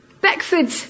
Beckford